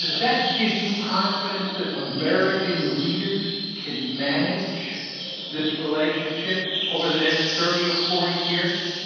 that give you confidence that american leaders can manage this relationship over the next thirty or forty years?